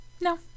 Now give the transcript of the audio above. No